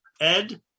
ed